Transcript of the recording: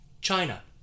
China